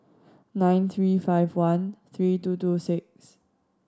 nine three five one three two two six